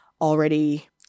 already